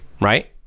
right